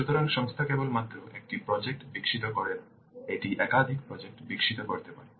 একটি সংস্থা কেবল মাত্র একটি প্রজেক্ট বিকশিত করে না এটি একাধিক প্রজেক্ট বিকশিত করতে পারে